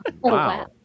Wow